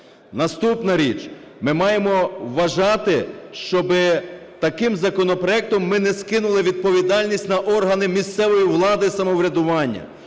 Наступна річ. Ми маємо вважати, щоби таким законопроектом ми не скинули відповідальність на органи місцевої влади і самоврядування,